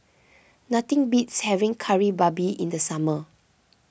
nothing beats having Kari Babi in the summer